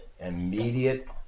immediate